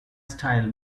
style